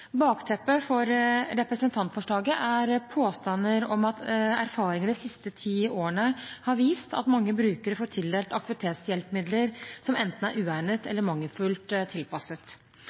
Bakteppet for representantforslaget er påstander om at erfaringer de siste ti årene har vist at mange brukere får tildelt aktivitetshjelpemidler som enten er uegnet eller mangelfullt tilpasset.